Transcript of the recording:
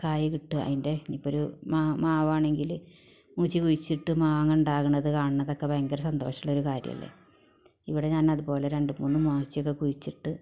കായ് കിട്ടുക അതിൻ്റെ ഇപ്പമൊരു മാ മാവാണെങ്കില് മൂച്ചി കുഴിച്ചിട്ട് മാങ്ങ ഉണ്ടാവുന്നത് കാണുന്നതൊക്കെ ഭയങ്കര സന്തോഷമുള്ള ഒരു കാര്യമല്ലേ ഇവിടെ ഞാൻ അത്പോലെ രണ്ട് മൂന്ന് മൂച്ചിയൊക്കെ കുഴിച്ചിട്ട്